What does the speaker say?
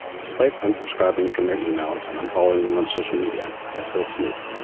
despite unsubscribing from their emails and unfollowing them on social media, i still snoop.